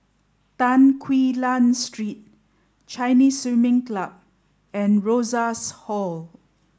Tan Quee Lan Street Chinese Swimming Club and Rosas Hall